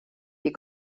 die